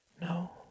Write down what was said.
No